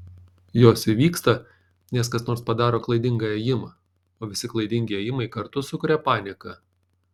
jos įvyksta nes kas nors padaro klaidingą ėjimą o visi klaidingi ėjimai kartu sukuria paniką